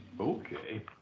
Okay